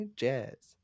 jazz